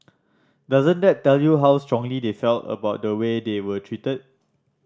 doesn't that tell you how strongly they felt about the way they were treated